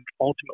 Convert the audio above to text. ultimately